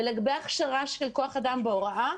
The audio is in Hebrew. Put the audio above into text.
ולגבי הכשרה של כוח אדם בהוראה,